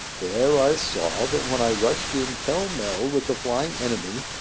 there i saw, that when i rushed in pell-mell with the flying enemy,